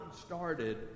started